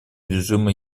режима